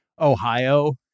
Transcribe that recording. Ohio